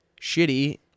shitty